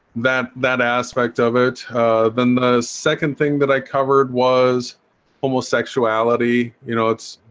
that that aspect of it then the second thing that i covered was almost sexuality, you know, it's